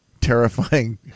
terrifying